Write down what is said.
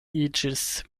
iĝis